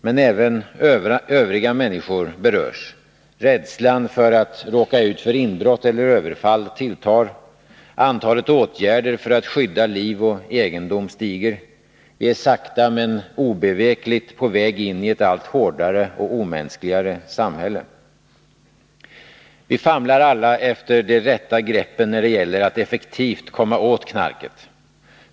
Men även övriga människor berörs. Rädslan för att råka ut för inbrott eller överfall tilltar. Antalet åtgärder för att skydda liv och egendom stiger. Vi är sakta men obevekligt på väg in i ett allt hårdare och omänskligare samhälle. Vi famlar alla efter de rätta greppen när det gäller att effektivt komma åt knarket.